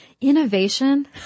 innovation